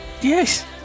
yes